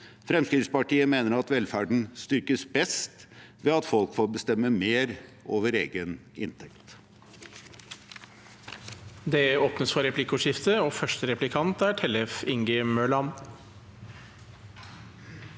Fremskrittspartiet mener at velferden styrkes best ved at folk får bestemme mer over egen inntekt.